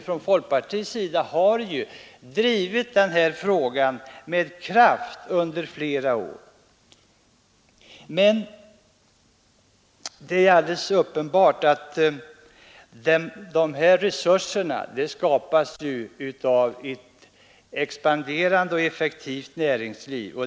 Från folkpartiets sida har vi drivit denna fråga med kraft under flera år, men det är alldeles uppenbart att dessa resurser måste skapas av ett expanderande och effektivt näringsliv.